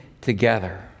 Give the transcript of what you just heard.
together